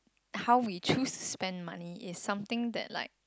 how we choose to spend money is something that like